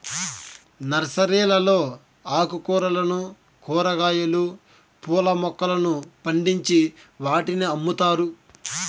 నర్సరీలలో ఆకుకూరలను, కూరగాయలు, పూల మొక్కలను పండించి వాటిని అమ్ముతారు